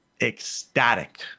ecstatic